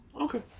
Okay